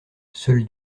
seul